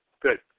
Good